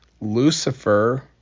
Lucifer